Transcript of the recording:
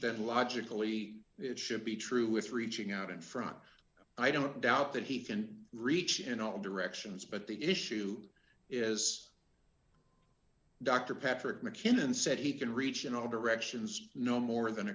then logically it should be true with reaching out in front i don't doubt that he can reach in all directions but the issue is doctor patrick mackinnon said he can reach in all directions no more than